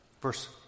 Verse